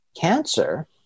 Cancer